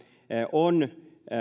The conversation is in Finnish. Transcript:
on työskentelyoikeuden